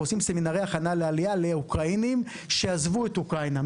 אנחנו עושים סמינרי הכנה לעלייה לאוקראינים שעזבו את אוקראינה.